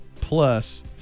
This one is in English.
plus